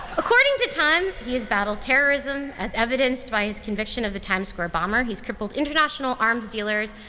according to time, he has battled terrorism, as evidenced by his conviction of the times square bomber. he's crippled international arms dealers,